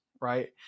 right